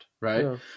right